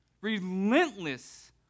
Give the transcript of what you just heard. Relentless